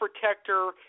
protector